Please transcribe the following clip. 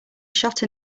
shot